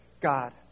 God